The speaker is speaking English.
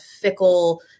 fickle